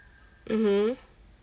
mmhmm